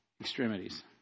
extremities